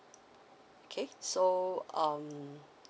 okay so um